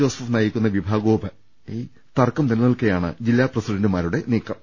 Joseph നയിക്കുന്ന വിഭാഗവുമായി തർക്കം നിലനിൽക്കെയാണ് ജില്ലാ പ്രസി ഡന്റുമാരുടെ നീക്കം